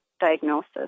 diagnosis